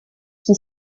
qui